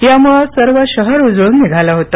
यामुळे सर्व शहर उजळून निघाले होते